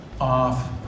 off